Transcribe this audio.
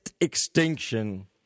extinction